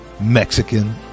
Mexican